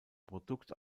produkt